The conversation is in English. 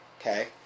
Okay